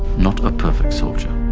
not a perfect soldier